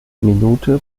minute